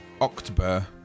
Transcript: October